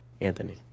Anthony